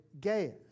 Gaius